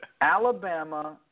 Alabama